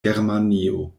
germanio